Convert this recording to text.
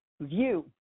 view